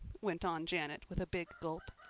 went on janet with a big gulp,